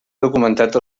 documentat